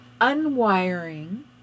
unwiring